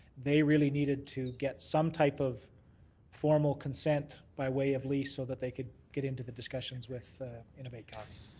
they really needed to get some type of formal consent by way of lease so that they could get into the discussions with innovate calgary.